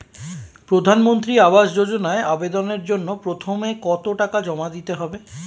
প্রধানমন্ত্রী আবাস যোজনায় আবেদনের জন্য প্রথমে কত টাকা জমা দিতে হবে?